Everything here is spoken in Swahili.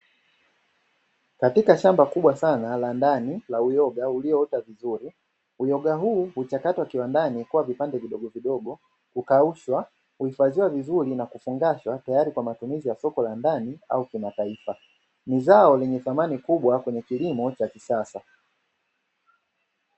Katika shamba kubwa sana la ndani la uyoga ulioota vizuri. Uyoga huu huchakatwa kiwandani kuwa vipande vidogovidogo, hukaushwa, huifadhiwa vizuri na kufungashwa tayari kwa matumizi ya soko la ndani au kimataia. Ni zao lenye thamani kubwa kwenye kilimo cha kisasa.